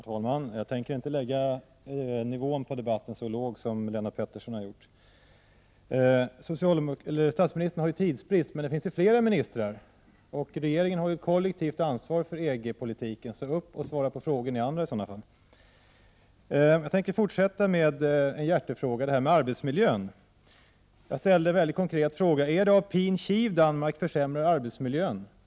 Herr talman! Jag tänker inte lägga debatten på så låg nivå som Lennart Pettersson har gjort. Statsministern säger att han har tidsbrist, men det finns flera ministrar. Regeringen har ju kollektivt ansvar för EG-politiken, så upp och svara på frågor ni andra. Jag tänker fortsätta med en hjärtefråga, nämligen arbetsmiljön. Jag ställde en mycket konkret fråga: Är det på pin kiv Danmark försämrar arbetsmiljön?